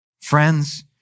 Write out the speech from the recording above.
Friends